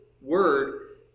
word